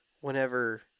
whenever